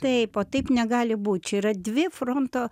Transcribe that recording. taip o taip negali būt čia yra dvi fronto